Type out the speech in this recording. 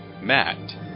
Matt